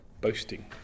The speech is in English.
boasting